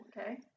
okay